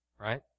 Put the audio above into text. right